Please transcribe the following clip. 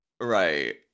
Right